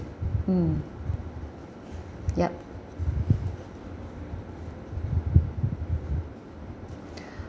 mm ya